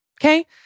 Okay